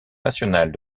nationales